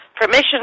permission